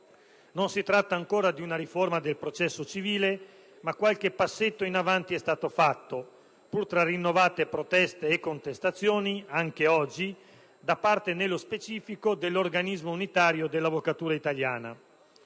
Non si tratta ancora di una riforma del processo civile, ma qualche piccolo passo avanti è stato fatto, pur tra rinnovate proteste e contestazioni, anche oggi, da parte - nello specifico - dell'organismo unitario dell'avvocatura italiana.